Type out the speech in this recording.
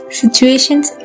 situations